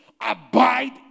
Abide